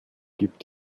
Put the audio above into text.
gibt